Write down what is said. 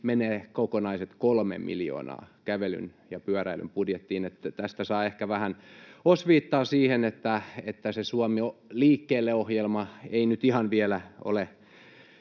menee kokonaiset kolme miljoonaa kävelyn ja pyöräilyn budjettiin. Tästä saa ehkä vähän osviittaa siihen, että se Suomi liikkeelle ‑ohjelma ei nyt ihan vielä ole